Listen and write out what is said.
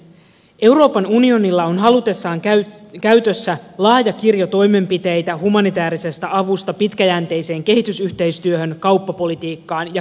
euroopan unionilla on halutessaan käytössä laaja kirjo toimenpiteitä humanitäärisestä avusta pitkäjänteiseen kehitysyhteistyöhön kauppapolitiikkaan ja kriisinhallintaan